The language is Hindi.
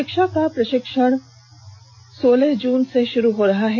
षिक्षकों का प्रषिक्षण सोलह जुन से शुरू हो रहा है